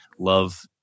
love